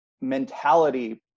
mentality